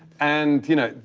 and you know,